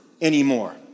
anymore